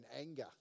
anger